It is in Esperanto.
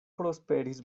prosperis